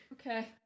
Okay